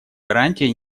гарантий